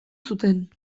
zuten